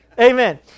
Amen